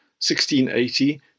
1680